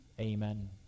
amen